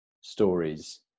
stories